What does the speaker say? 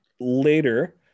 later